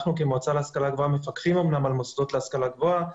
אנחנו כמועצה להשכלה גבוהה מפקחים אומנם על מוסדות להשכלה גבוהה,